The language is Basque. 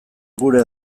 gure